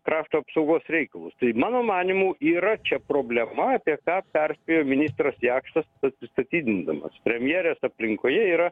krašto apsaugos reikalus tai mano manymu yra čia problema apie ką perspėjo ministras jakštas atsistatydindamas premjerės aplinkoje yra